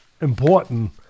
important